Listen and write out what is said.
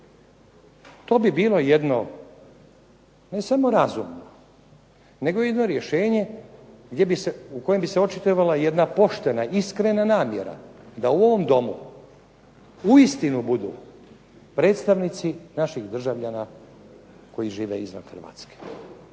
To bi bilo jedno ne samo razumno, nego jedno rješenje gdje bi se, u kojem bi se očitovala jedna poštena, iskrena namjera da u ovom Domu uistinu budu predstavnici naših državljana koji žive izvan Hrvatske,